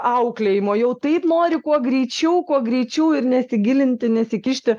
auklėjimo jau taip nori kuo greičiau kuo greičiau ir nesigilinti nesikišti